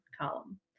column